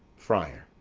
friar.